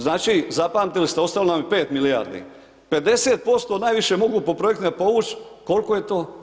Znači, zapamtili ste, ostalo nam je 5 milijardi, 50% najviše mogu po projektima povući, kol'ko je to?